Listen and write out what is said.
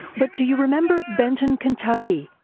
but do you remember benton, kentucky?